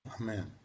Amen